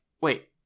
wait